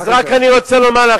אל תאפשר לו לדבר.